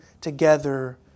together